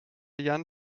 jan